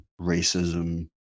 racism